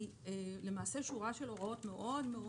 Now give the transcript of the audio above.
זה למעשה שורה של הוראות מאוד מאוד